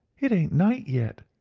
it ain't night yet,